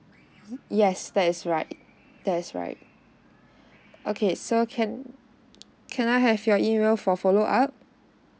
yes that's right that's right okay so can can I have your email for follow up